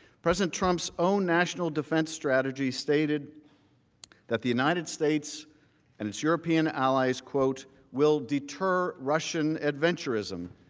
president trump's own national defense strategy stated that the united states and its european allies quote will deter russian adventurism,